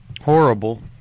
Horrible